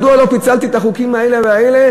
מדוע לא פיצלתי את החוקים האלה והאלה